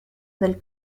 del